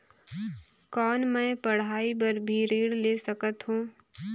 कौन मै पढ़ाई बर भी ऋण ले सकत हो?